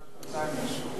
שנה, שנתיים גישור.